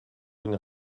une